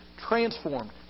transformed